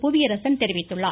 புவியரசன் தெரிவித்துள்ளார்